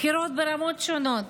בחירות ברמות שונות: